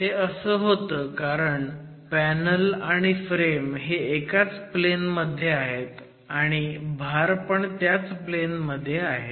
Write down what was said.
हे असं होतं कारण पॅनल आणि फ्रेम हे एकाच प्लेन मध्ये आहे आणि भार पण त्याच प्लेन मध्ये आहे